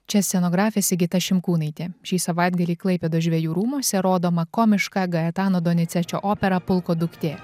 čia scenografė sigita šimkūnaitė šį savaitgalį klaipėdos žvejų rūmuose rodomą komišką gaetano donicečio operą pulko duktė